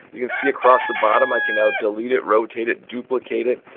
you can see across the bottom, i can now delete it, rotate it, duplicate it,